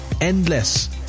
endless